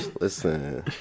listen